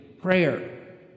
prayer